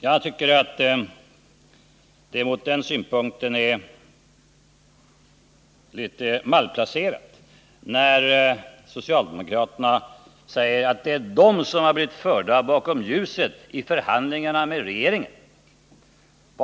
Jag tycker att det från den synpunkten sett är litet malplacerat när socialdemokraterna säger att det är de som har blivit förda bakom ljuset i förhandlingarna med regeringen.